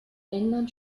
england